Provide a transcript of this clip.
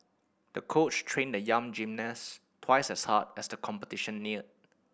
the coach trained the young gymnast twice as hard as the competition neared